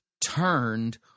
turned